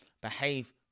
behave